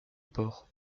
port